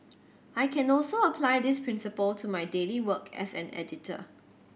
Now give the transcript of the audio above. I can also apply this principle to my daily work as an editor